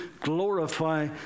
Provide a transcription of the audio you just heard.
glorify